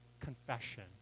confession